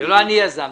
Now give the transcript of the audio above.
לא אני יזמתי.